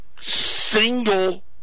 single